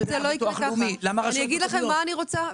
אני אגיד לכם מה אני רוצה.